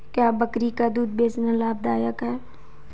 क्या बकरी का दूध बेचना लाभदायक है?